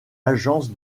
agence